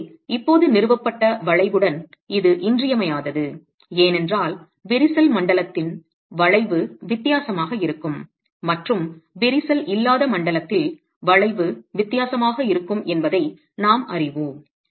எனவே இப்போது நிறுவப்பட்ட வளைவுடன் இது இன்றியமையாதது ஏனென்றால் விரிசல் மண்டலத்தில் வளைவு வித்தியாசமாக இருக்கும் மற்றும் விரிசல் இல்லாத மண்டலத்தில் வளைவு வித்தியாசமாக இருக்கும் என்பதை நாம் அறிவோம்